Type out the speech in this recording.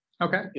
Okay